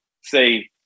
say